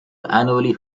annually